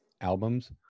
albums